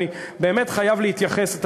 אני באמת חייב להתייחס,